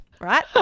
right